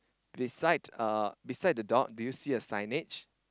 beside uh beside the dog do you see a signage